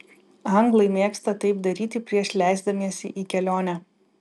anglai mėgsta taip daryti prieš leisdamiesi į kelionę